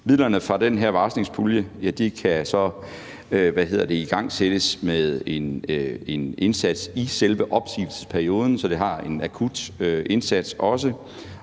Midlerne fra den her varslingspulje kan så igangsættes med en indsats i selve opsigelsesperioden, så det har en akut indsats også,